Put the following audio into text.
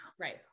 Right